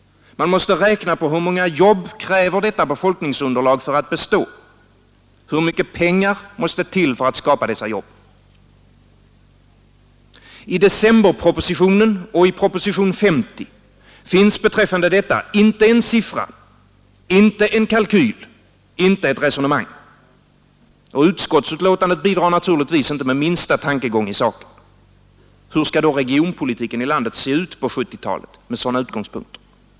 Man måste räkna ut hur många jobb detta befolkningsunderlag kräver för att bestå. Hur mycket pengar måste till för att skapa dessa jobb? I decemberpropositionen och i propositionen 50 finns beträffande detta inte en siffra, inte en kalkyl, inte ett resonemang, och utskottsbetänkandet bidrar naturligtvis inte med minsta tankegång i saken. Hur skall då regionpolitiken i landet se ut på 1970-talet med sådana utgångspunkter?